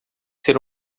ser